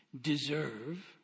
deserve